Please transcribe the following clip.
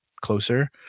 closer